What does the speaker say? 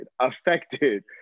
affected